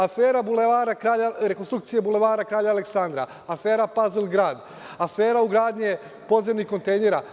Afera rekonstrukcija Bulevara kralja Aleksandra, afera „Pazlgrad“, afera ugradnje podzemnih kontejnera.